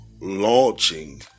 launching